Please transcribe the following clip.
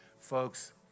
Folks